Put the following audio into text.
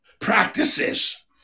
practices